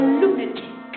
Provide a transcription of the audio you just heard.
lunatic